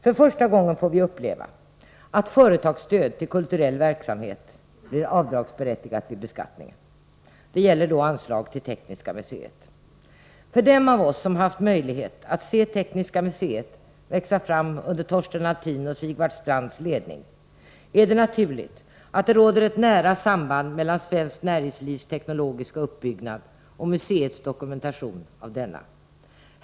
För första gången får vi uppleva att företagsstöd till kulturell verksamhet blir avdragsberättigat vid beskattningen. Det gäller då anslag till Tekniska museet. För dem av oss som haft möjlighet att se Tekniska museet växa fram under Torsten Althins och Sigvard Strands ledning är det naturligt att det råder ett nära samband mellan svenskt näringslivs teknologiska uppbyggnad och museets dokumentation av denna.